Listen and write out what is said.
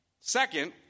Second